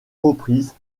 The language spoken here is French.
reprises